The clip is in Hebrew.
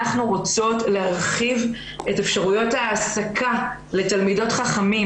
אנחנו רוצות להרחיב את אפשרויות ההעסקה לתלמידות חכמים.